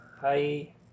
hi